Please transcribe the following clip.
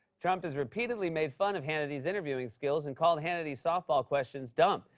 trump has repeatedly made fun of hannity's interviewing skills and called hannity's softball questions dumb.